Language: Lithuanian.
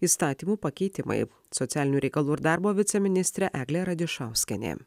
įstatymų pakeitimai socialinių reikalų ir darbo viceministrė eglė radišauskienė